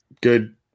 Good